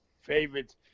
favorite